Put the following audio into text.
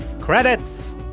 Credits